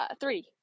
three